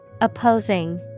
Opposing